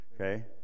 Okay